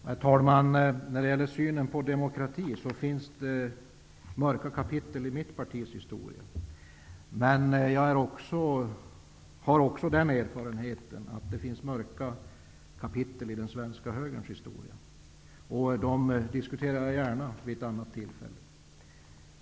Herr talman! När det gäller synen på demokrati finns det mörka kapitel i mitt partis historia. Men jag har också den erfarenheten att det finns mörka kapitel i den svenska högerns historia. Det diskuterar jag gärna vid ett annat tillfälle.